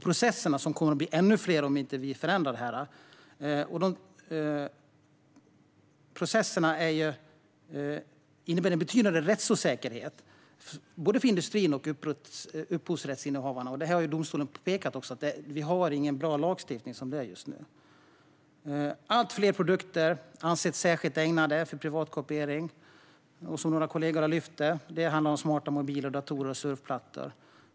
Processerna, som kommer att bli ännu fler om vi inte förändrar detta, innebär en betydande rättsosäkerhet både för industrin och för upphovsrättsinnehavarna. Detta har också domstolen pekat på: Vi har ingen bra lagstiftning som det är just nu. Allt fler produkter anses vara särskilt ägnade för privatkopiering. Som några kollegor har lyft fram handlar det om smarta mobiler, datorer och surfplattor.